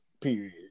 period